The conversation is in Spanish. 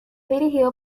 dirigido